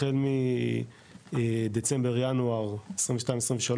החל מדצמבר-ינואר 22-23,